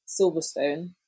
Silverstone